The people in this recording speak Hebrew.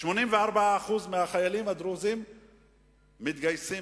84% מהצעירים הדרוזים מתגייסים,